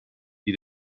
die